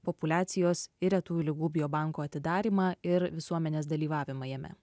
populiacijos ir retųjų ligų biobanko atidarymą ir visuomenės dalyvavimą jame